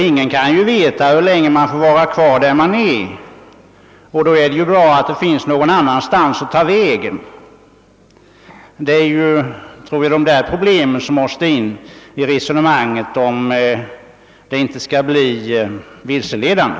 Ingen kan ju veta hur länge man får vara kvar där man är, och då är det bra om det finns någon annanstans att ta vägen. Jag tror att det är dessa problem som måste komma med i resonemanget om det inte skall bli vilseledande.